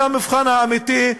זה המבחן האמיתי,